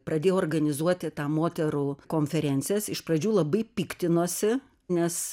pradėjau organizuoti tą moterų konferencijas iš pradžių labai piktinosi nes